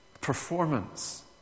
performance